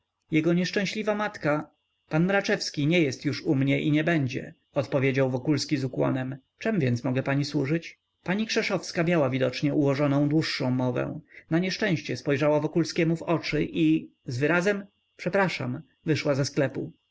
jego nieszczęśliwa matka pan mraczewski już nie jest u mnie i nie będzie odpowiedział wokulski z ukłonem czem więc mogę pani służyć pani krzeszowska miała widocznie ułożoną dłuższą mowę na nieszczęście spojrzała wokulskiemu w oczy i z wyrazem przepraszam wyszła ze sklepu